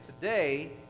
today